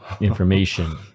information